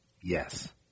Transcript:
Yes